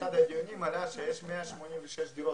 באחד הדיונים עלה שיש 186 דירות